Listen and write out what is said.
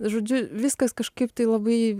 žodžiu viskas kažkaip tai labai